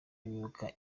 imyuka